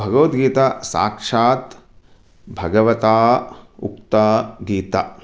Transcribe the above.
भगवद्गीता साक्षात् भगवता उक्ता गीता